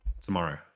tomorrow